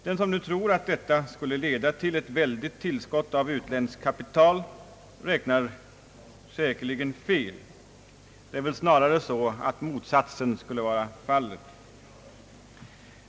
Den som tror att detta skulle leda till ett väldigt tillskott av utländskt kapital räknar emellertid säkert fel. Det är väl snarare så, att motsatsen skulle bli fallet.